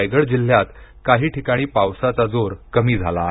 रायगड जिल्ह्यात काही ठिकाणी पावसाचा जोर कमी झाला आहे